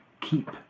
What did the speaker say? Keep